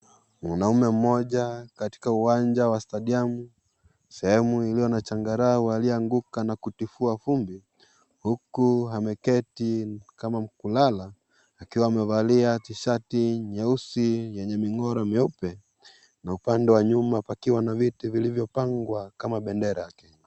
Mwanaume mmoja katika uwanja wa stadiamu sehemu iliyo na changarao aliyeanguka na kutifua vumbi huku ameketi kama kulala akiwa amevalia tishati nyeusi yenye mingiro meupe na upande wa nyuma pakiwa na viti vilivyo pangwa kama bendera.